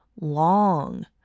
long